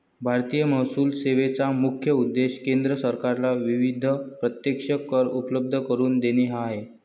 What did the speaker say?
भारतीय महसूल सेवेचा मुख्य उद्देश केंद्र सरकारला विविध प्रत्यक्ष कर उपलब्ध करून देणे हा आहे